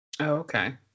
Okay